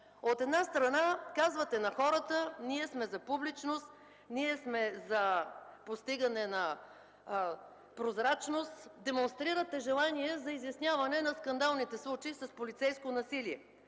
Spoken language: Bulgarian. От една страна, казвате на хората: „Ние сме за публичност, ние сме за постигане на прозрачност”, демонстрирате желание за изясняване на скандалните случаи с полицейско насилие.